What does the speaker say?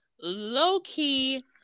low-key